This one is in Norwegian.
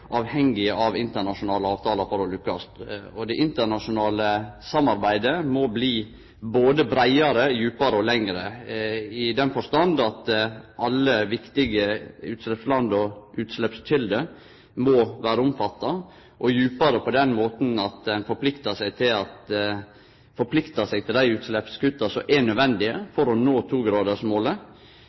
av internasjonale avtalar for å lukkast. Det internasjonale samarbeidet må bli breiare, djupare og lengre: breiare i den forstand at alle viktige utsleppsland og utsleppskjelder må vere omfatta, djupare på den måten at ein forpliktar seg til dei utsleppskutta som er nødvendige for å nå togradersmålet,